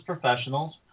professionals